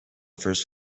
first